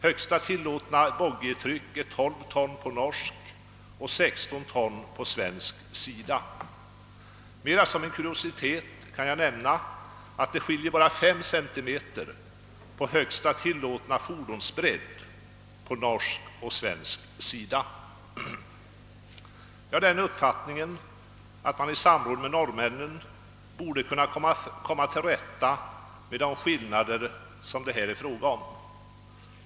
Högsta tillåtna boggitryck är 12 ton på norsk och 16 ton på svensk sida. Mera som en kuriositet kan jag nämna att det skiljer endast 5 centimeter på högsta tillåtna fordonsbredd på norsk och svensk sida. Jag har den uppfattningen att vi i samråd med norrmännen borde kunna komma till rätta med de skillnader som det här är fråga om.